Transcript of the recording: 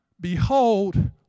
behold